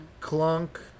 clunk